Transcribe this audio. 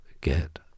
get